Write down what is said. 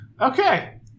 Okay